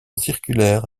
circulaire